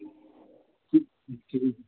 ठीक ठीक